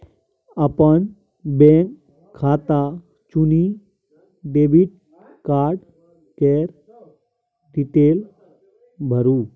अपन बैंक खाता चुनि डेबिट कार्ड केर डिटेल भरु